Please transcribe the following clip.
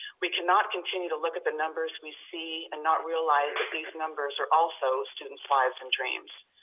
we cannot continue to look at the numbers we see and not realize that these numbers are also students' lives and dreams.